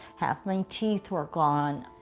half my teeth were gone,